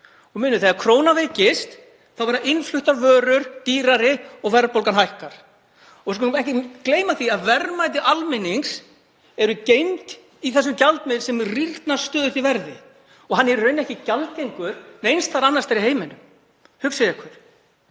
Munið að þegar krónan veikist verða innfluttar vörur dýrari og verðbólgan eykst. Við skulum ekki gleyma því að verðmæti almennings eru geymd í þessum gjaldmiðli sem rýrnar stöðugt í verði. Hann er í rauninni ekki gjaldgengur neins staðar annars staðar í heiminum. Hugsið ykkur.